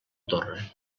torre